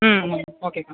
ஆம் ஆம் ஓகே அக்கா